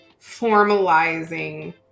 formalizing